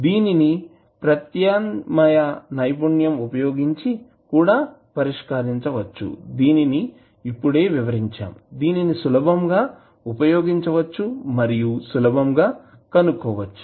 దీనిని ప్రత్యామ్నాయ నైపుణ్యం ఉపయోగించి కూడా పరిష్కరించవచ్చు దీనిని ఇప్పుడే వివరించాం దీనిని సులభంగా ఉయోగించవచ్చు మరియు సులభంగా కనుక్కోవచ్చు